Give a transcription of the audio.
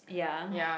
ya